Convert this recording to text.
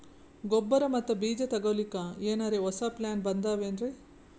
ಗೊಬ್ಬರ ಮತ್ತ ಬೀಜ ತೊಗೊಲಿಕ್ಕ ಎನರೆ ಹೊಸಾ ಪ್ಲಾನ ಬಂದಾವೆನ್ರಿ?